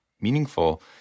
meaningful